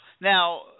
now